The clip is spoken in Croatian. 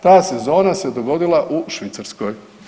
Ta sezona se dogodila u Švicarskoj.